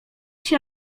się